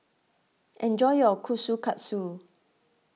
enjoy your Kushikatsu